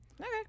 Okay